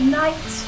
night